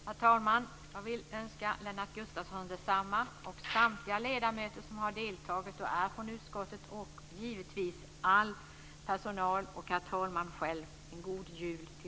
Herr talman! Jag vill önska Lennart Gustavsson, samtliga ledamöter som är från utskottet och som har deltagit och givetvis all personal och herr talman en god jul.